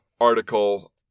article